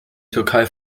türkei